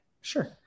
Sure